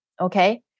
okay